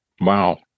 Wow